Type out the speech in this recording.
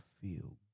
feel